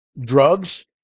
drugs